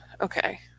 okay